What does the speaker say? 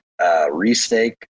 Restake